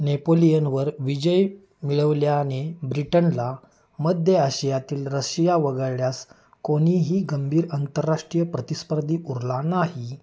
नेपोलियनवर विजय मिळवल्याने ब्रिटनला मध्य आशियातील रशिया वगळल्यास कोणीही गंभीर आंतरराष्ट्रीय प्रतिस्पर्धी उरला नाही